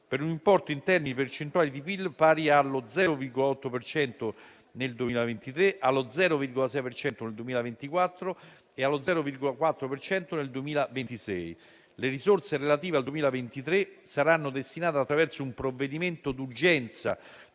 per un importo, in termini percentuali di PIL, pari allo 0,8 per cento nel 2023, allo 0,6 per cento nel 2024 e allo 0,4 per cento nel 2026. Le risorse relative al 2023 saranno destinate, attraverso un provvedimento d'urgenza